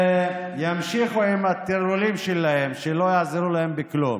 וימשיכו עם הטרלולים שלהם, שלא יעזרו להם בכלום.